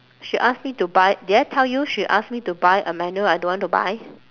she asked me to buy did I tell you she asked me to buy a manual I don't want to buy